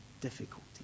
difficulty